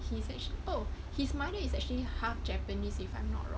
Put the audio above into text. he's oh his mother is actually half japanese if I'm not wrong